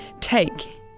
Take